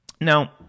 Now